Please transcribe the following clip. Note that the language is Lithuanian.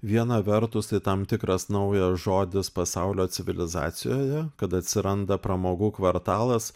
viena vertus tai tam tikras naujas žodis pasaulio civilizacijoje kad atsiranda pramogų kvartalas